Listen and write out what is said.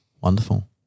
wonderful